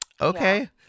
Okay